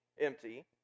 empty